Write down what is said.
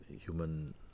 human